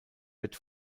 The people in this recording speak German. wird